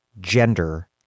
gender